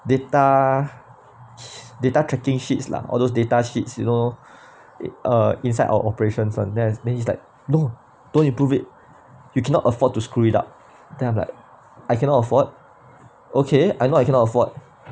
data data tracking sheets lah all those data sheets you know it uh inside our operations on that means like no don't you prove it you cannot afford to screw it up then I'm like I cannot afford okay I know I cannot afford